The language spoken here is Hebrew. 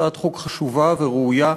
הצעת חוק חשובה וראויה.